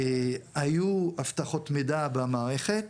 היו אבטחות מידע במערכת.